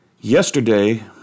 yesterday